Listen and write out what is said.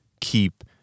keep